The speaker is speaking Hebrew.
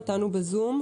איתנו בזום.